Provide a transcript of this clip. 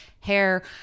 hair